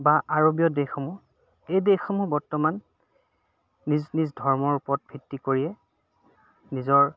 বা আৰৱীয় দেশসমূহ এই দেশসমূহ বৰ্তমান নিজ নিজ ধৰ্মৰ ওপৰত ভিত্তি কৰিয়ে নিজৰ